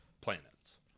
planets